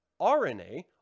RNA